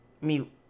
mute